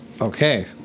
Okay